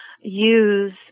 use